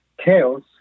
chaos